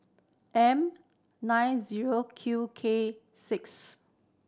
M nine zero Q K six